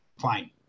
fine